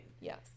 Yes